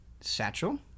satchel